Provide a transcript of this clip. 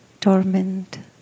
tormented